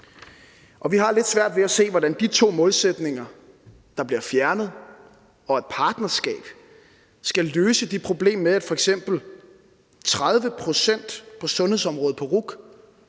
vi har lidt svært ved at se, hvordan de to målsætninger, der bliver fjernet, og et partnerskab skal løse det problem med, at f.eks. 30 pct. fra sundhedsområdet på RUC